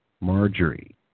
Marjorie